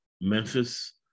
Memphis